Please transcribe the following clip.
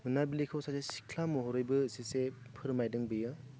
मोनाबिलिखौ सासे सिख्ला महरैबो एसेसो फोरमायदों बियो